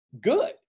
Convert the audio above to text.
good